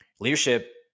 Leadership